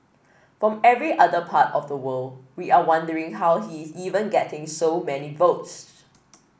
from every other part of the world we are wondering how he is even getting so many votes